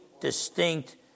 distinct